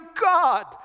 God